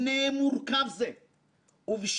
שכמו שידעתם לראות את החשיבות